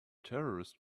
terrorist